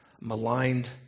maligned